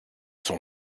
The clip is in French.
son